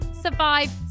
survive